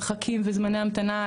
מרחקים וזמני המתנה,